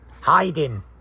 hiding